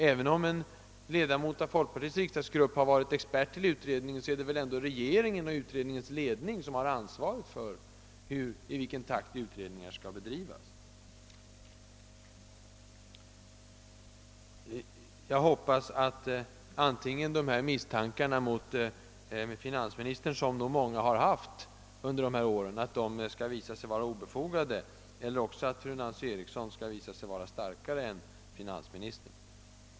Även om en ledamot av folkpartiets riksdagsgrupp har varit expert i utredningen är det dock regeringen och utredningens ledning som har ansvaret för i vilken takt arbetet bedrivs. Jag hoppas antingen att de här misstankarna mot finansministern, som nog många har hyst under dessa år, skall visa sig obefogade eller också att fru Nancy Eriksson skall visa sig vara starkare än finansministern.